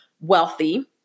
wealthy